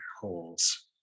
holes